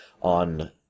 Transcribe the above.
on